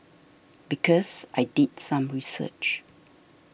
because I did some research